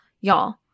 y'all